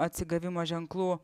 atsigavimo ženklų